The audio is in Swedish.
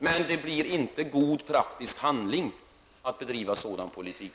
Men det blir inte god praktisk handling av en sådan politik.